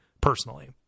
personally